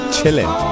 Chilling